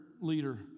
leader